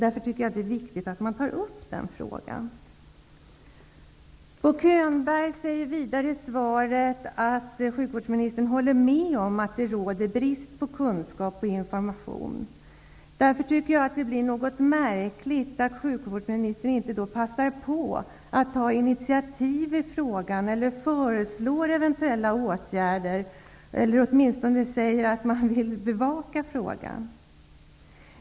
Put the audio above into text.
Jag tycker att det är viktigt att ta upp den frågan. Bo Könberg säger vidare i svaret att han håller med om att det råder brist på kunskap och information. Jag tycker därför att det är något märkligt att sjukvådsministern inte passar på att ta initiativ i frågan eller föreslår eventuella åtgärder -- eller åtminstone säger att han vill bevaka frågan.